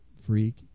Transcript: freak